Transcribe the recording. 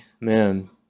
man